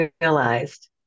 realized